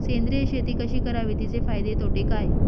सेंद्रिय शेती कशी करावी? तिचे फायदे तोटे काय?